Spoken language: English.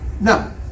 no